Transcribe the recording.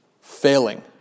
failing